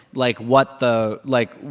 like, what the like,